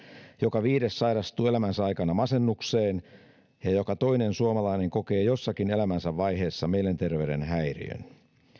joka viides sairastuu elämänsä aikana masennukseen ja joka toinen suomalainen kokee jossakin elämänsä vaiheessa mielenterveyden häiriön arvoisa